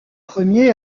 premiers